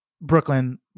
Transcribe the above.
Brooklyn